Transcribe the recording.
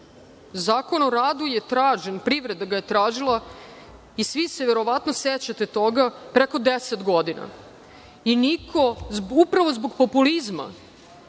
Zakon o radu je tražen. Privreda ga je tražila, i svi se verovatno sećate toga, preko 10 godina. Upravo zbog populizma